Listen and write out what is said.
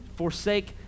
forsake